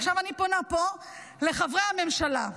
עכשיו, אני פונה פה לחברי הממשלה.